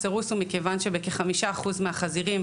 הסירוס הוא מכיוון שבכ-5% מהחזירים,